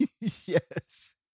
Yes